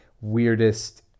weirdest